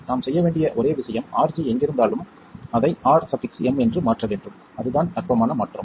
நாம் செய்ய வேண்டிய ஒரே விஷயம் RG எங்கிருந்தாலும் அதை Rm என்று மாற்ற வேண்டும் அதுதான் அற்பமான மாற்றம்